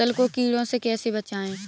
फसल को कीड़ों से कैसे बचाएँ?